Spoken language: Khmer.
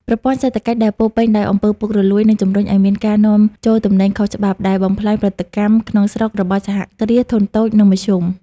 ប្រព័ន្ធសេដ្ឋកិច្ចដែលពោរពេញដោយ អំពើពុករលួយ នឹងជំរុញឱ្យមានការនាំចូលទំនិញខុសច្បាប់ ដែលបំផ្លាញផលិតកម្មក្នុងស្រុករបស់សហគ្រាសធុនតូច និងមធ្យម។